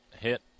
hit